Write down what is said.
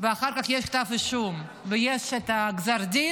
ואחר כך יש כתב אישום ויש את הגזר-דין,